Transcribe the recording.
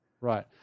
right